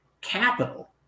capital